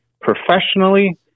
professionally